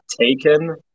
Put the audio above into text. taken